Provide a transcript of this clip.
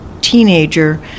teenager